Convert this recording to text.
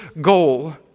goal